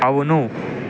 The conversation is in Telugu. అవును